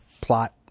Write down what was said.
plot